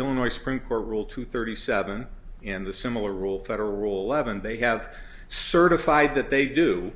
illinois supreme court rule to thirty seven in the similar rule federal rule leavened they have certified that they do